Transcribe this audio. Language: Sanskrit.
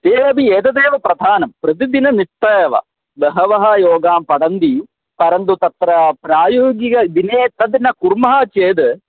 ते अपि एतदेव प्रधानं प्रतिदिनमिति एव बहवः योगां पठन्ति परन्तु तत्र प्रायोगिकदिने तत् न कुर्मः चेत्